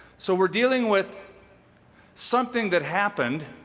so we're dealing with something that happened